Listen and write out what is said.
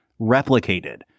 replicated